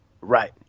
Right